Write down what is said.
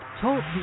TALK